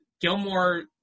Gilmore